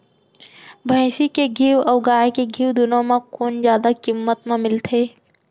भैंसी के घीव अऊ गाय के घीव दूनो म कोन जादा किम्मत म मिलथे?